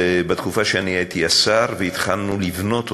בתקופה שאני הייתי השר, והתחלנו לבנות אותו: